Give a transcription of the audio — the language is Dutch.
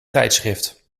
tijdschrift